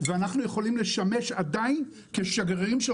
ואנחנו יכולים לשמש עדיין כשגרירים של